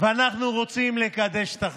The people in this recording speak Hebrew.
ואנחנו רוצים לקדש את החיים.